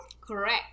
correct